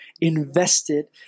invested